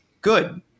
good